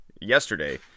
yesterday